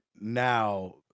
now